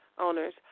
Owners